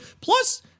plus